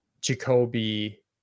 Jacoby